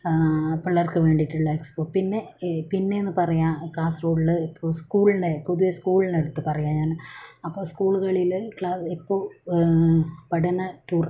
ആ പിള്ളേർക്ക് വേണ്ടിയിട്ടുള്ള ഏക്സ്പോ പിന്നെ പിന്നെന്നു പറയാൻ കാസർഗോഡുള്ള ഇപ്പോൾ സ്കൂളിലെ പൊതുവെ സ്കൂളിനെ എടുത്തു പറയാം ഞാൻ അപ്പോൾ സ്കൂളുകളിൽ ക്ലാ ഇപ്പോ പഠന ടൂർ